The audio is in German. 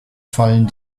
fallen